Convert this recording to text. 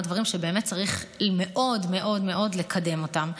דברים שבאמת צריך מאוד מאוד לקדם אותם.